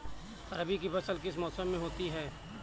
रबी की फसल किस मौसम में होती है?